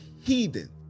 heathen